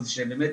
שבאמת